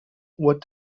what